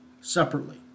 separately